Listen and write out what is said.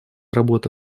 работа